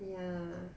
ya